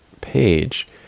page